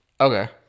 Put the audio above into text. Okay